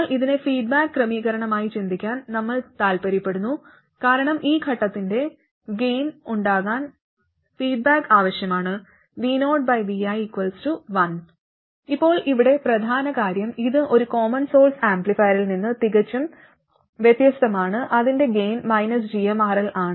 എന്നാൽ ഇതിനെ ഫീഡ്ബാക്ക് ക്രമീകരണമായി ചിന്തിക്കാൻ നമ്മൾ താൽപ്പര്യപ്പെടുന്നു കാരണം ഈ ഘട്ടത്തിന്റെ ഗൈൻ ഉണ്ടാക്കാൻ ഫീഡ്ബാക്ക് അത്യാവശ്യമാണ് vovi1 ഇപ്പോൾ ഇവിടെ പ്രധാന കാര്യം ഇത് ഒരു കോമൺ സോഴ്സ് ആംപ്ലിഫയറിൽ നിന്ന് തികച്ചും വ്യത്യസ്തമാണ് അതിന്റെ ഗൈൻ gmRL ആണ്